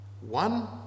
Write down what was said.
One